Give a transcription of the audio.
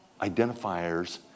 identifiers